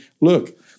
look